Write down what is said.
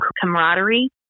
camaraderie